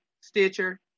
Stitcher